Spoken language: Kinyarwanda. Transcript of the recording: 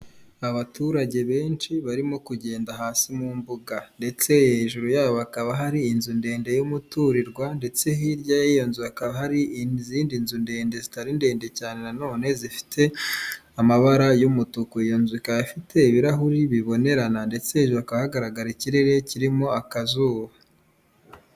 Abaturage benshi barimo kugenda hasi mu mbuga. Ndetse hejuru yabo hakaba hari inzu ndende y'umuturirwa, ndetse hirya y'iyo nzu hakaba hari izindi nzu ndende zitari ndende cyane nanone, zifite amabara y'umutuku. Iyo nzu ikaba ifite ibirahuri bibonerana. Ndetse hejuru hakaba hagaragara ikirere kirimo akazuba.